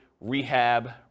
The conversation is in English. rehab